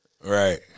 Right